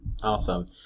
Awesome